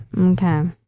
Okay